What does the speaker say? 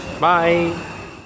bye